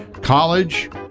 college